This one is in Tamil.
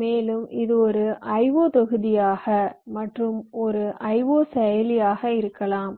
மேலும் இது ஒரு IO தொகுதியாக IO module மற்றும் ஒரு I O செயலி IO processor இருக்கலாம்